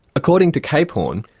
according to capehorn,